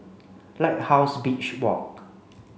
Lighthouse Beach Walk